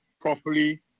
properly